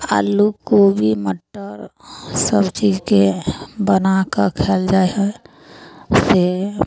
आलू कोबी मटर सबचीजके बनाकऽ खाएल जाइ हइ से